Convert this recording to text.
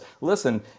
Listen